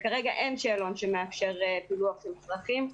וכרגע אין שאלון שמאפשר פילוח של צרכים.